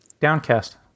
Downcast